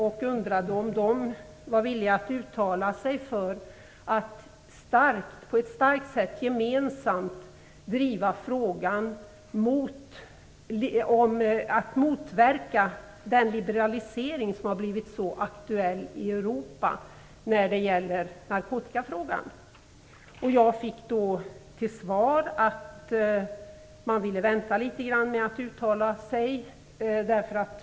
Jag undrade om ministerrådet var villigt att uttala sig för att på ett starkt sätt gemensamt driva frågan om att motverka den liberalisering när det gäller narkotikafrågan som har blivit så aktuell i Europa. Jag fick då till svar att man ville vänta litet med att uttala sig.